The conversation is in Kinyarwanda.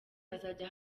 azajya